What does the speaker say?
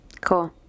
Cool